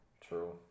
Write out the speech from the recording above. true